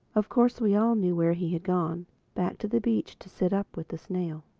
of course we all knew where he had gone back to the beach to sit up with the snail.